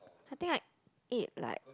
I think I ate like